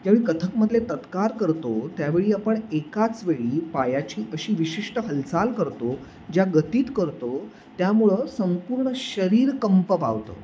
त्यावेळी कथ्थकमधले तत्कार करतो त्यावेळी आपण एकाच वेळी पायाची अशी विशिष्ट हालचाल करतो ज्या गतीत करतो त्यामुळं संपूर्ण शरीर कंप पावतं